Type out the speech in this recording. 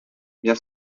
bien